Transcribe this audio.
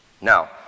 Now